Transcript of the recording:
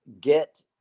get